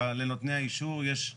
לנותני האישור יש את